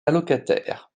allocataires